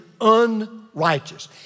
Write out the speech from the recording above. unrighteous